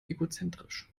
egozentrisch